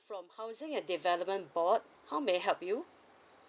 from housing and development board how may I help you